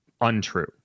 untrue